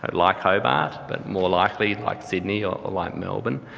ah like hobart, but more likely like sydney or like melbourne.